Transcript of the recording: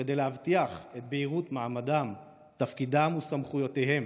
וכדי להבטיח את בהירות מעמדם, תפקידם וסמכויותיהם,